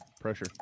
pressure